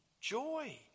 joy